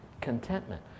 Contentment